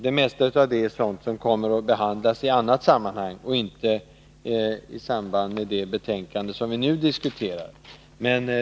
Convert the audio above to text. Det mesta av det är sådant som kommer att behandlas i annat sammanhang och inte i samband med det betänkande som vi nu diskuterar.